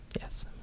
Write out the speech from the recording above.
Yes